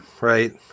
Right